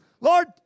Lord